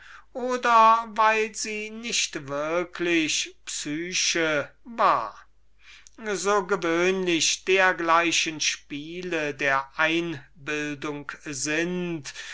oder weil sie nicht psyche war so gewöhnlich dergleichen spiele der einbildung sind